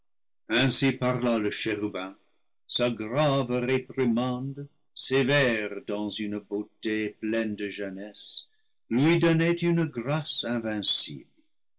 ainsi parla le chérubin sa grave réprimande sévère dans une beauté pleine de jeunesse lui donnait une grâce